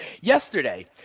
Yesterday